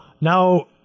Now